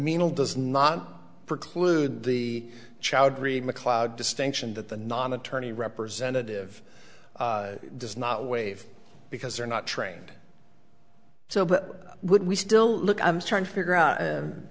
meanwhile does not preclude the choudhry macleod distinction that the non attorney representative does not waive because they're not trained so but would we still look i'm trying to figure out